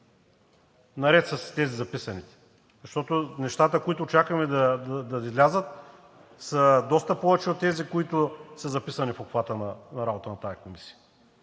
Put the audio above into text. наред с тези записаните, защото нещата, които очакваме да излязат, са доста повече от тези, които са записани в обхвата на работа на тази комисия.